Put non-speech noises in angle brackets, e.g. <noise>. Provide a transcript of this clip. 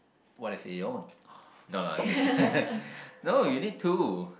what if they own no lah just kidding <laughs> no you need two